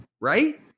right